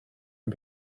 and